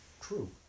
True